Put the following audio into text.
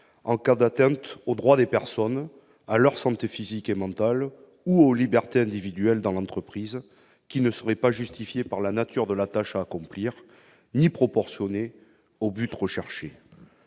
en cas d'atteintes au droit des personnes, à leur santé physique et mentale ou aux libertés individuelles dans l'entreprise, qui ne seraient pas justifiées par la nature de la tâche à accomplir ni proportionnées à l'objectif.